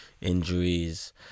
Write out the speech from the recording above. injuries